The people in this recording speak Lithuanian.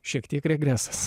šiek tiek regresas